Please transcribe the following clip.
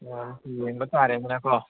ꯑꯣ ꯌꯦꯡꯕ ꯇꯥꯔꯦꯅꯦꯀꯣ